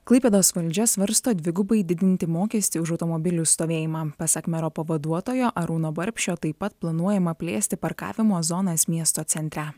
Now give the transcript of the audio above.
klaipėdos valdžia svarsto dvigubai didinti mokestį už automobilių stovėjimą pasak mero pavaduotojo arūno barbšio taip pat planuojama plėsti parkavimo zonas miesto centre